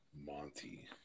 Monty